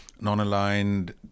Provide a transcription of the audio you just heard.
non-aligned